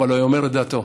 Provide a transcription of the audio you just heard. אבל הוא היה אומר את דעתו,